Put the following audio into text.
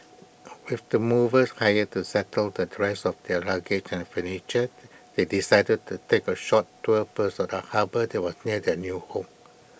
with the movers hired to settle the rest of their luggage and furniture they decided to take A short tour first of the harbour that was near their new home